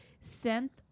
Sent